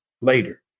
later